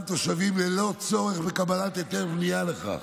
תושבים ללא צורך בקבלת היתר בנייה לכך.